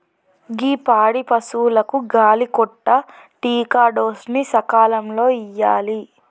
గీ పాడి పసువులకు గాలి కొంటా టికాడోస్ ని సకాలంలో ఇయ్యాలి